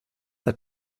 that